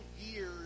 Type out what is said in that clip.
years